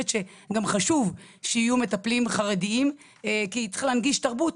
שגם חשוב שיהיו מטפלים חרדיים כי צריך להנגיש תרבות,